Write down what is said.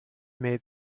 made